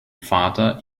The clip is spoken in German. vater